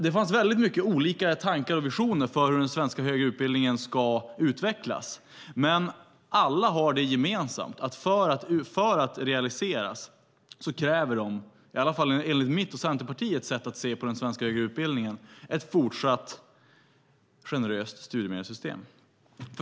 Det fanns väldigt mycket olika tankar och visioner för hur den svenska högre utbildningen ska utvecklas. Men alla har det gemensamt att de för att realiseras kräver - i alla fall enligt mitt och Centerpartiets sätt att se på den svenska högre utbildningen - ett fortsatt generöst studiemedelssystem.